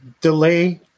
delay